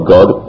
God